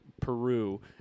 Peru